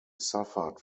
suffered